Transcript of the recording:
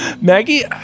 Maggie